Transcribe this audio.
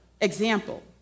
Example